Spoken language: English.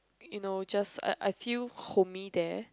you know just I I feel homey there